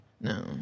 No